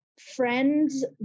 friend's